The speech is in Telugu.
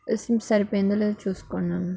సరిపోయిందో లేదో చూసుకోండి అన్నా